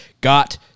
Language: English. got